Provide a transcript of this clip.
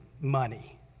money